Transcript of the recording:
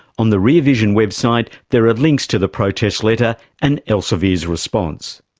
on the rear vision website there are links to the protest letter and elsevier's response.